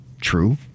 true